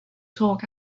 talk